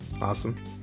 Awesome